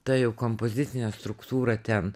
ta jau kompozicinė struktūra ten